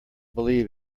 believe